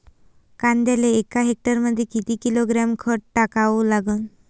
कांद्याले एका हेक्टरमंदी किती किलोग्रॅम खत टाकावं लागन?